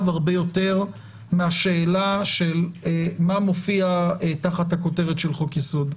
הרבה יותר מהשאלה של מה מופיע תחת הכותרת של חוק יסוד.